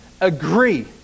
agree